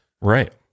right